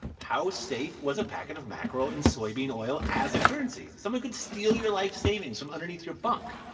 how safe was a packet of mackerel in soybean oil as a currency? someone could steal your life savings from underneath your bunk,